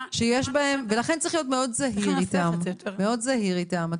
ולכן צריך להיות מאוד זהיר איתם.